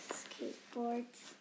skateboards